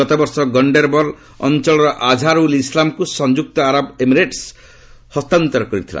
ଗତବର୍ଷ ଗଶ୍ଚେରବଲ ଅଞ୍ଚଳର ଆଝାର୍ ଉଲ୍ ଇସ୍ଲାମ୍କୁ ସଂଯୁକ୍ତ ଆରବ ଏମିରେଟସ୍ ହସ୍ତାନ୍ତର କରିଥିଲା